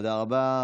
תודה רבה.